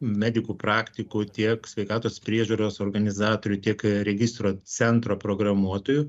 medikų praktikų tiek sveikatos priežiūros organizatorių tiek registro centro programuotojų